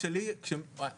על פתרונות ארוכי טווח.